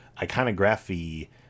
iconography